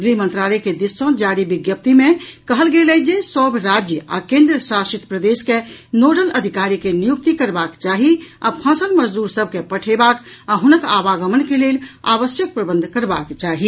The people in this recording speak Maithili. गृह मंत्रालय के दिस सॅ जारी विज्ञाप्ति मे कहल गेल अछि जे सभ राज्य आ केन्द्रशासित प्रदेश के नोडल अधिकारी के नियुक्ति करबाक चाही आ फंसल मजदूर सभ के पठेबाक आ हुनक आगमन के लेल आवश्यक प्रबंध करबाक चाही